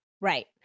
Right